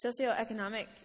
socioeconomic